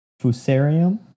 Fusarium